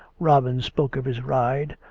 robin spoke of his ride,